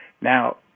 Now